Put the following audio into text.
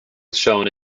shone